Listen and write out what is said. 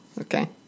Okay